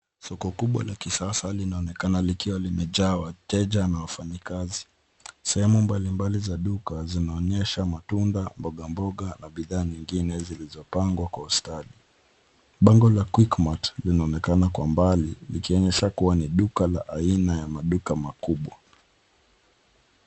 Soko kubwa la kisasa linaonekana likiwa limejaa wateja na wafanyikazi. Sehemu mbalimbali za duka zinaonyesha matunda, mboga mboga na bidhaa nyingine zilizopangwa kwa ustadi. Bango la Quickmart linaonekana kwa mbali likionyesha kuwa ni duka la aina ya maduka makubwa.